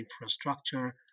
infrastructure